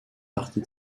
partie